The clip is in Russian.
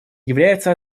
является